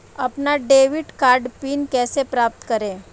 अपना debit card PIN कैसे प्राप्त करें?